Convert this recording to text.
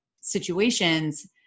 situations